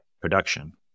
production